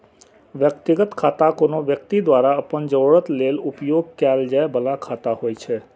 व्यक्तिगत खाता कोनो व्यक्ति द्वारा अपन जरूरत लेल उपयोग कैल जाइ बला खाता होइ छै